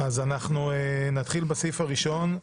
נתחיל בסעיף הראשון,